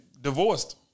divorced